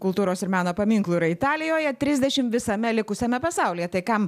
kultūros ir meno paminklų yra italijoje trisdešim visame likusiame pasaulyje tai kam